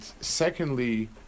secondly